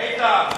איתן,